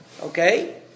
Okay